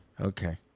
Okay